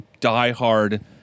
diehard